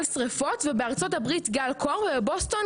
שריפות ובארצות הברית גל קור ובבוסטון